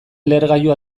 lehergailu